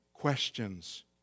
questions